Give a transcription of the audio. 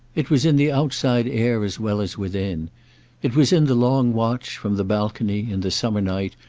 it was in the outside air as well as within it was in the long watch, from the balcony, in the summer night,